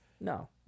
No